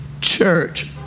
church